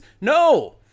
No